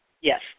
yes